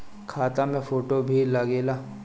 खाता मे फोटो भी लागे ला?